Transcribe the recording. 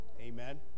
Amen